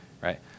right